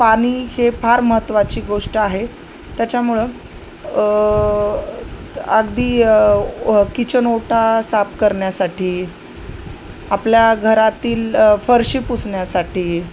पाणी हे फार महत्त्वाची गोष्ट आहे त्याच्यामुळं अगदी किचन ओटा साफ करण्यासाठी आपल्या घरातील फरशी पुसण्यासाठी